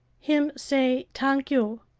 him say t'ank you,